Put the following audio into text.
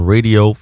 Radio